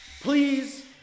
please